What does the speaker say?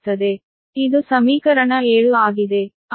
C12 q1V120lnDr1r2 farad per meter ಆದ್ದರಿಂದ ಆದ್ದರಿಂದ ಇದು ಸಮೀಕರಣ 7 ಆಗಿದೆ